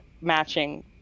matching